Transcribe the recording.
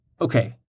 Okay